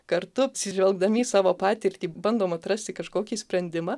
kartu atsižvelgdami į savo patirtį bandom atrasti kažkokį sprendimą